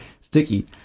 Sticky